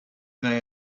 they